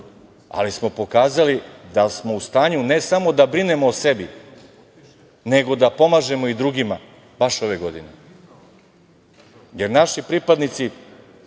ali smo pokazali da smo u stanju ne samo da brinemo o sebi, nego da pomažemo i drugima, baš ove godine, jer naši pripadnici